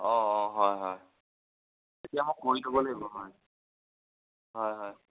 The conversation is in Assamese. অঁ অঁ হয় হয় তেতিয়া মই কৰি থ'ব লাগিব হয় হয়